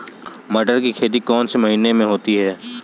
मटर की खेती कौन से महीने में होती है?